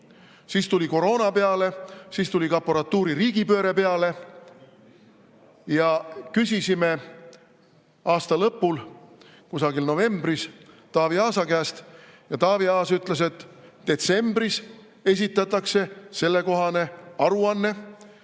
Siis tuli koroona peale, siis tuli aparatuuri riigipööre peale. Ja küsisime aasta lõpul, kusagil novembris Taavi Aasa käest ja Taavi Aas ütles, et detsembris esitatakse sellekohane aruanne,